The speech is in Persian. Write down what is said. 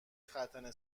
ختنه